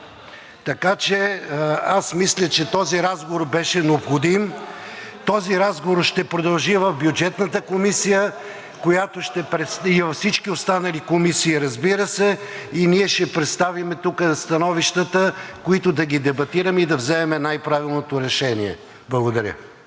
Така че аз мисля, че този разговор беше необходим. Този разговор ще продължи в Бюджетната комисия и във всички останали комисии, разбира се, и ние ще представим тук становищата, които да ги дебатираме и да вземем най-правилното решение. Благодаря.